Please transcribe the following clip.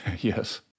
Yes